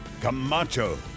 Camacho